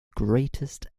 greatest